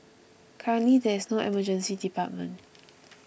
currently there is no Emergency Department